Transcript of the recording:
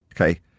Okay